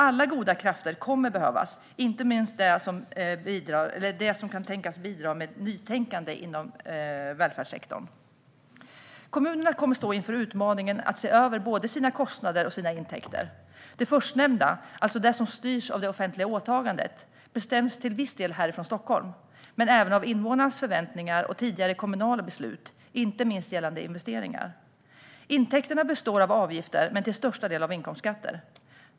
Alla goda krafter kommer att behövas, inte minst de som kan tänkas bidra med ett nytänkande inom välfärdssektorn. Kommunerna kommer att stå inför utmaningen att se över både sina kostnader och sina intäkter. Det förstnämnda, alltså det som styrs av det offentliga åtagandet, bestäms till viss del härifrån Stockholm, men det styrs även av invånarnas förväntningar och tidigare kommunala beslut - inte minst gällande investeringar. Intäkterna består av avgifter men till största delen av inkomstskatter.